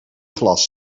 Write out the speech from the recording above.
glas